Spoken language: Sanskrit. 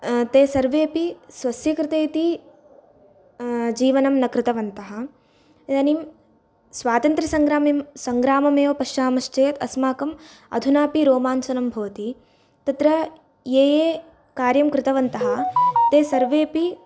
ते सर्वेपि स्वस्य कृते इति जीवनं न कृतवन्तः इदानीं स्वातन्त्र्यसंग्राम्यं संग्राममेव पश्यामश्चेत् अस्माकम् अधुनापि रोमाञ्चनं भवति तत्र ये कार्यं कृतवन्तः ते सर्वेपि